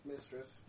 Mistress